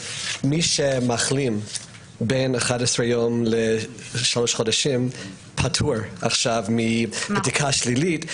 מי שמחלים בין 11 יום לשלושה חודשים פטור עכשיו מבדיקה שלילית,